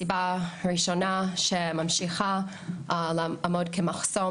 סיבה ראשונה שממשיכה לעמוד כמחסום,